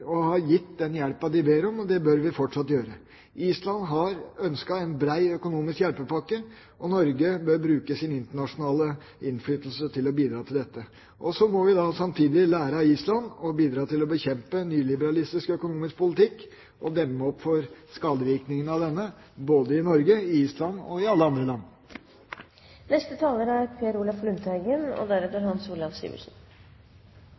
har gitt den hjelpen de ber om, og det bør vi fortsatt gjøre. Island har ønsket en bred økonomisk hjelpepakke, og Norge bør bruke sin internasjonale innflytelse til å bidra til det. Så må vi samtidig lære av Island og bidra til å bekjempe nyliberalistisk økonomisk politikk og demme opp for skadevirkningene av denne, både i Norge, i Island og i alle andre